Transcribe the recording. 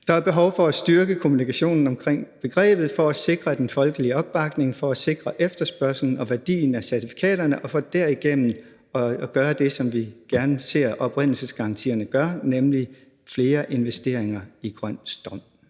Der er behov for at styrke kommunikationen omkring begrebet for at sikre den folkelige opbakning, for at sikre efterspørgslen og værdien af certifikaterne og for derigennem at gøre det, som vi gerne ser oprindelsesgarantierne gøre, nemlig skaffe flere investeringer i grøn strøm.